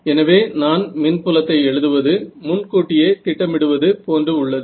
எனவே நான் மின்புலத்தை எழுதுவது முன்கூட்டியே திட்டமிடுவது போன்று உள்ளது